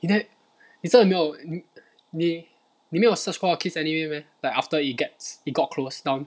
you nev~ 你真的没有你你没有 search 过 kiss anime meh like after it gets it got closed down